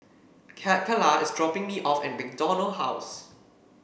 Cacalla is dropping me off at MacDonald House